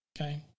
Okay